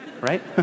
Right